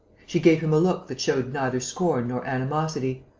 she gave him a look that showed neither scorn nor animosity,